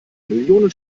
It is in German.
millionen